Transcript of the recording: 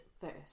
first